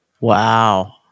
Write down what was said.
Wow